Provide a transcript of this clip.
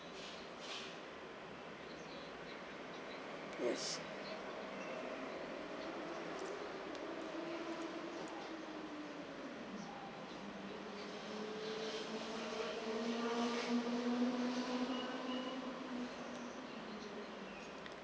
yes